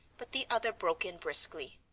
but the other broke in briskly.